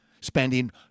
spending